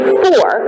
four